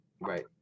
Right